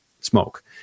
smoke